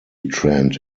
trend